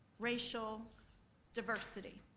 racial diversity.